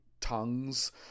tongues